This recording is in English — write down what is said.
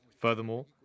Furthermore